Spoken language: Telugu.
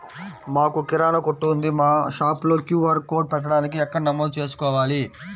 మాకు కిరాణా కొట్టు ఉంది మా షాప్లో క్యూ.ఆర్ కోడ్ పెట్టడానికి ఎక్కడ నమోదు చేసుకోవాలీ?